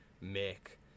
make